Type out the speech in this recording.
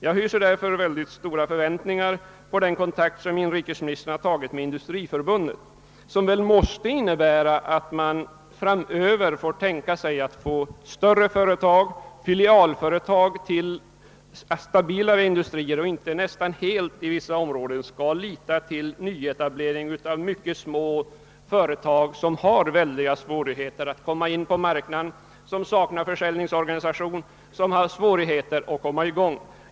Jag har därför stora förväntningar på den kontakt som inrikesministern har tagit med Industriförbundet och som väl måste innebära att man framöver får tänka sig större företag — filialföretag till stabilare industrier — och att man inte nästan helt i vissa områden skall lita till nyetablering av mycket små företag som har betydande svårigheter att komma in på marknaden, som saknar försäljningsorganisation, som har svårigheter att komma i gång.